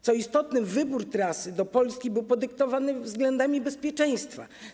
Co istotne, wybór trasy do Polski był podyktowany względami bezpieczeństwa.